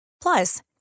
Plus